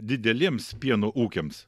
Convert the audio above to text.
dideliems pieno ūkiams